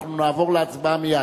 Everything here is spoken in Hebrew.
אנחנו נעבור להצבעה מייד.